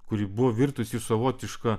kuri buvo virtusi savotiška